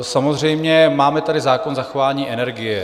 Samozřejmě máme tady zákon zachování energie.